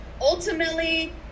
ultimately